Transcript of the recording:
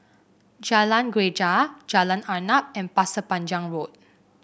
Jalan Greja Jalan Arnap and Pasir Panjang Road